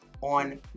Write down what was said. on